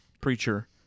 preacher